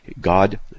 God